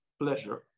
pleasure